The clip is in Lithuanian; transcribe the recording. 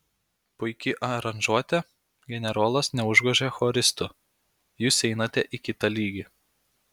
puiki aranžuotė generolas neužgožė choristų jūs einate į kitą lygį